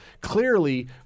clearly